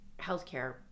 healthcare